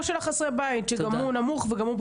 הסכום של חסרי הבית שגם הוא נמוך וגם הוא,